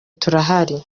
turahari